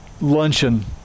luncheon